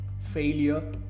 failure